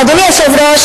אדוני היושב-ראש,